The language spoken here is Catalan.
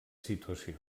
situació